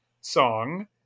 song